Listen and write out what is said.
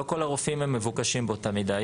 לא כל הרופאים הם מבוקשים באותה מידה.